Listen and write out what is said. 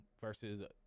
versus